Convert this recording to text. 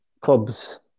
clubs